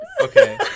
Okay